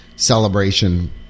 celebration